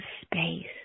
space